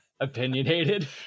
opinionated